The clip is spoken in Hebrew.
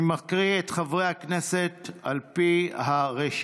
אני מקריא את שמות חברי הכנסת על פי הרשימה.